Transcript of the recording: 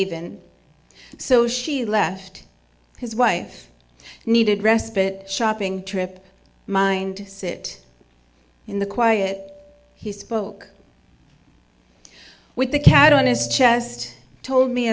even so she left his wife needed respite shopping trip mind to sit in the quiet he spoke with the cat on his chest told me